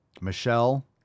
Michelle